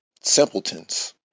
simpletons